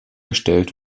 gestellt